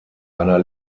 einer